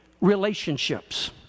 relationships